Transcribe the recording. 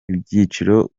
iby’igiciro